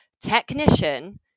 technician